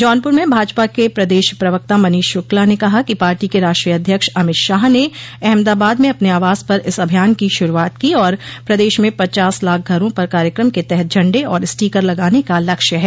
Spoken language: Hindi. जौनपुर में भाजपा के प्रदेश प्रवक्ता मनीष शुक्ला ने कहा कि पार्टी के राष्टोय अध्यक्ष अमित शाह ने अहमदाबाद में अपने आवास पर इस अभियान की शुरूआत की और प्रदेश में पचास लाख घरों पर कार्यक्रम के तहत झंडे और स्टीकर लगाने का लक्ष्य है